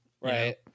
Right